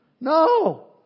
no